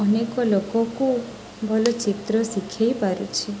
ଅନେକ ଲୋକକୁ ଭଲ ଚିତ୍ର ଶିଖାଇ ପାରୁଛି